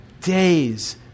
days